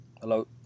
Hello